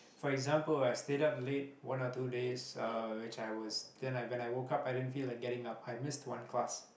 for example I stayed up late one or two days uh which I was then when I woke up i didn't feel like getting up I missed one class